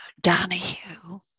Donahue